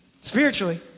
spiritually